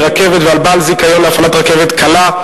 רכבת ועל בעל זיכיון להפעלת רכבת קלה,